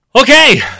Okay